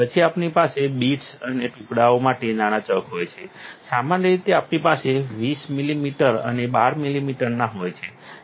પછી આપણી પાસે બિટ્સ અને ટુકડાઓ માટે નાના ચક હોય છે સામાન્ય રીતે આપણી પાસે 20 મિલિમીટર અને 12 મિલિમીટરના હોય છે